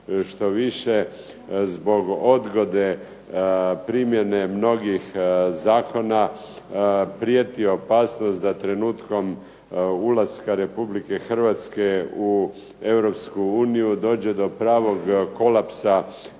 Štoviše zbog odgode primjene mnogih zakona prijeti opasnost da trenutkom ulaska Republike Hrvatske u Europsku uniju dođe do pravog kolapsa